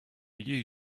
you